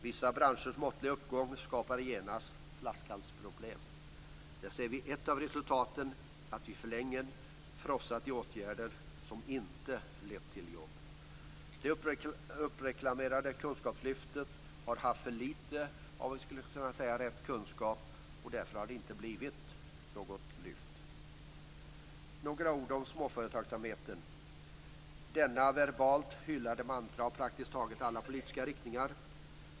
Vissa branschers måttliga uppgång skapar genast flaskhalsproblem. Där ser vi ett av resultaten av att vi för länge frossat i åtgärder som inte har lett till jobb. Det uppreklamerade kunskapslyftet har haft för lite av rätt kunskap, och därför har det inte blivit något lyft. Så några ord om småföretagsamheten - detta verbalt hyllade mantra av praktiskt taget alla politiska riktningar.